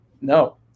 No